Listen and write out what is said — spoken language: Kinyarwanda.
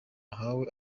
uhawe